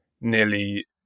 nearly